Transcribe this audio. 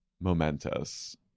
momentous